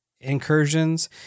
incursions